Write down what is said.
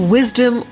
Wisdom